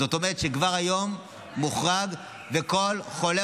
זאת אומרת שכבר היום זה ,מוחרג וכל חולה